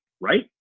right